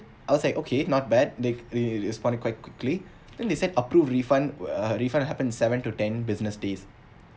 I was like okay not bad they they respond it quite quickly then they said approved refund uh refund happen in seven to ten business days